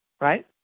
right